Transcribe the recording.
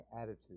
attitude